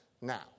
now